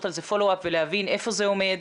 על זה פולו-אפ ולהבין איפה זה עומד,